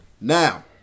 Now